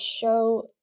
show